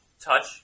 Touch